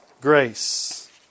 grace